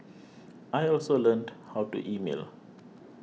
I also learned how to email